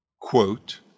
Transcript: Quote